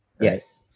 Yes